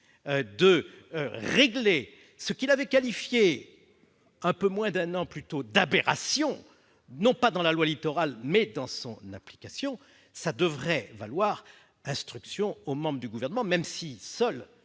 de régler ce qu'il avait qualifié, un peu moins d'un an plus tôt, d'aberration- il visait non pas la loi Littoral, mais son application -, cela devrait valoir instruction aux membres du Gouvernement, et ce même si seuls